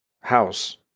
house